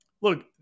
Look